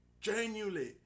genuinely